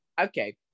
okay